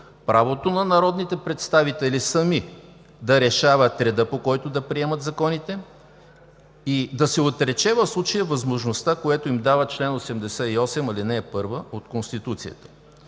правото на народните представители сами да решават реда, по който да приемат законите, и да се отрече в случая възможността, която им дава чл. 88, ал. 1 от Конституцията: